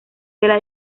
tela